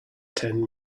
ten